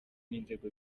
n’inzego